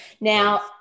Now